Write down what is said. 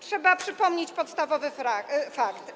Trzeba przypomnieć podstawowy fakt.